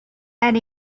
and